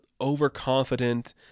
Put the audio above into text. overconfident